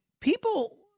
people